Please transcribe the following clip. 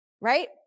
Right